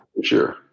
sure